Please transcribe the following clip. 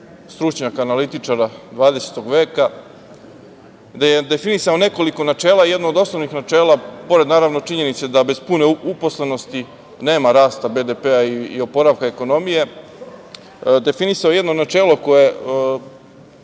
stručnjaka, analitičara dvadesetog veka, gde je definisao nekoliko načela. Jedno od osnovnih načela, pored naravno činjenice da bez pune uposlenosti nema rasta BDP-a i oporavka ekonomije, definisao je jedno načelo koje